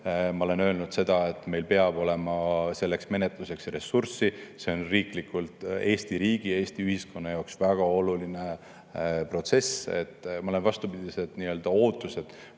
Ma olen öelnud, et meil peab olema selleks menetluseks ressurssi. See on riiklikult Eesti riigi ja Eesti ühiskonna jaoks väga oluline protsess. Ma olen ootused